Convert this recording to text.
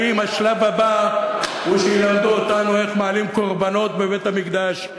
האם השלב הבא הוא שילמדו אותנו איך מעלים קורבנות בבית-המקדש,